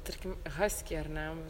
tarkim haskiai ar ne